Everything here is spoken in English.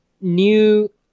new